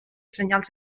senyals